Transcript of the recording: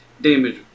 damage